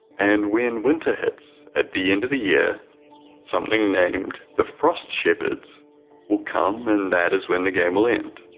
and when winter hits at the end of the year something named the frost shepherds will come and that is when the game will end